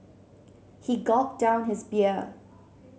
he gulped down his beer